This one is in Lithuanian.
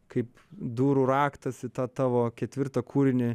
kaip durų raktas į tą tavo ketvirtą kūrinį